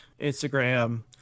Instagram